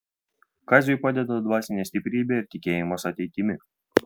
kaziui padeda dvasinė stiprybė ir tikėjimas ateitimi